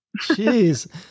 Jeez